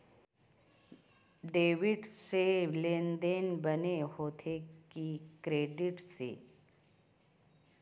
Debit से लेनदेन बने होथे कि क्रेडिट से?